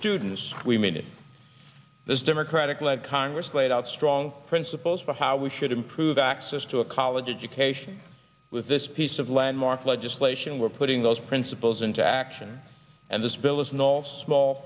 students we mean it this democratic led congress laid out strong principles for how we should improve access to a college education with this piece of landmark legislation we're putting those principles into action and this